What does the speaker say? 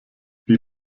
die